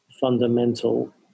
fundamental